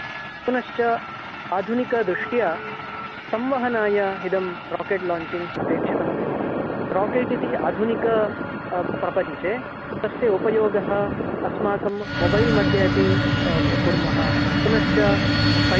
पुनश्च आधुनिकदृष्ट्या संवहनाय इदं राकेट् लाञ्चिङ्ग् अपेक्षितं भवति राकेट् इति आधुनिक प्रपञ्चे तस्य उपयोगः अस्माकं मोबैल् मध्ये अपि कुर्मः पुनश्च सैन्य